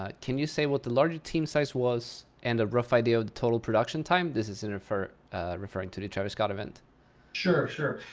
ah can you say what the larger team size was and a rough idea of the total production time? this is and referring referring to the travis scott event. grayson sure, sure.